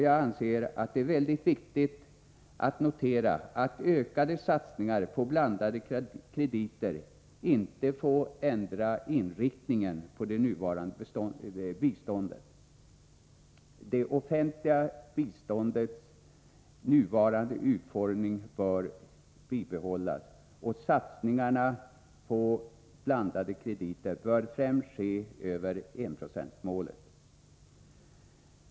Jag anser att det är mycket viktigt att notera att ökade satsningar på blandade krediter inte får ändra inriktningen av det nuvarande biståndet. Det offentliga biståndets nuvarande utformning bör bibehållas, och satsningar på blandade krediter bör främst ske över enprocentsmålet.